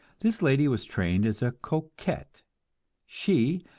this lady was trained as a coquette she,